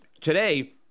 today